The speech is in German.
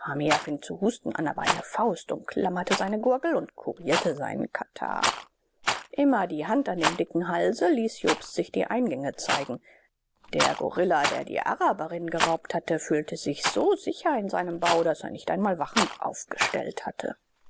zu husten an aber eine faust umklammerte seine gurgel und kurierte seinen katarrh immer die hand an dem dicken halse ließ jobst sich die eingänge zeigen der gorilla der die araberin geraubt hatte fühlte sich so sicher in seinem bau daß er nicht einmal wachen ausgestellt hatte